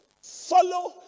Follow